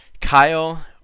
Kyle